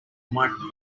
microphone